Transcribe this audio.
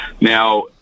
Now